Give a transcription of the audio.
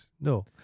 No